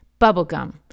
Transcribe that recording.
Bubblegum